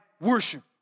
worship